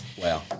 Wow